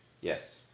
Yes